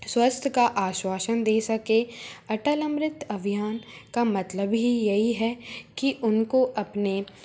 स्वास्थ्य का आश्वासन दे सके अटल अमृत अभियान का मतलब ही यही है कि उनको अपने